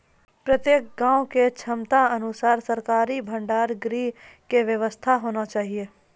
प्रत्येक गाँव के क्षमता अनुसार सरकारी भंडार गृह के व्यवस्था होना चाहिए?